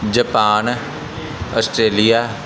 Japan Australia